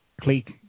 clique